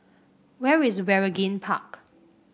where is Waringin Park